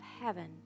heaven